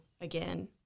again